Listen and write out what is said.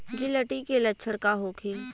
गिलटी के लक्षण का होखे?